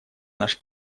наш